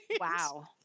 Wow